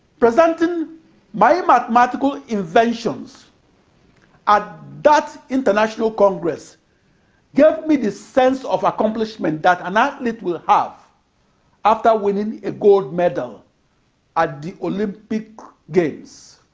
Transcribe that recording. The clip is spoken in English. presenting my mathematical inventions at that international congress gave me the sense of accomplishment that an athlete will have after winning a gold medal at the olympic games.